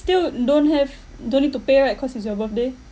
still don't have don't need to pay right cause it's your birthday